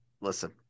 listen –